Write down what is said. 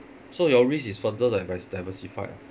so your risk is further divers~ diversified ah